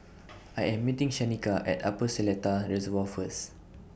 I Am meeting Shanika At Upper Seletar Reservoir First